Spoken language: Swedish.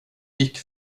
gick